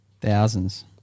Thousands